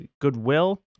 goodwill